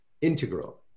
integral